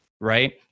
right